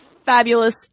fabulous